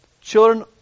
children